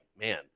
man